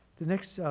the next